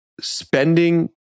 spending